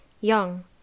Young